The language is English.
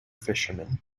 fishermen